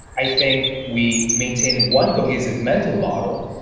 i think we maintain one cohesive mental model.